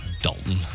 Dalton